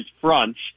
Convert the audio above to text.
fronts